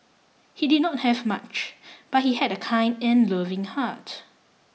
he did not have much but he had a kind and loving heart